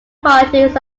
parties